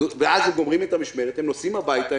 ואז הם גומרים את המשמרת ונוסעים הביתה,